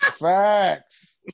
Facts